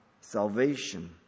salvation